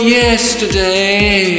yesterday